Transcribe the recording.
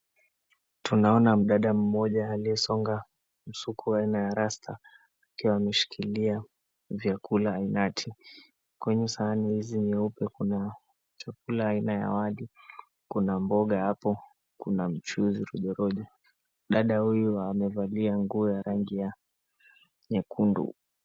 Tunaona mdada mmoja aliyesonga msuko aina ya rasta akiwa ameshikilia vyakula ainati. Kwenye sahani hizi nyeupe kuna chakula aina ya wali, kuna mboga hapo, kuna mchuzi rojorojo. Dada huyu amevalia nguo ya rangi ya nyekundu.